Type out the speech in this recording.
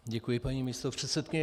Děkuji, paní místopředsedkyně.